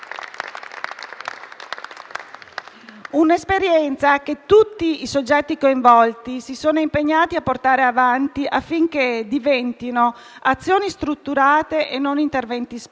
Un'esperienza che tutti i soggetti coinvolti si sono impegnati a portare avanti affinché queste diventino azioni strutturate e non interventi *spot*,